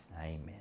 Amen